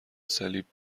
صلیب